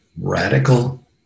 radical